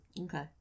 okay